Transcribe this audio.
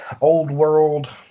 old-world